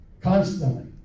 Constantly